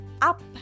up